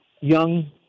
Young